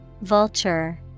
Vulture